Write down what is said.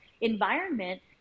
environment